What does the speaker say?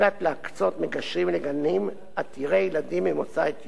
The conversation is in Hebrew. להקצות מגשרים לגנים עתירי ילדים ממוצא אתיופי.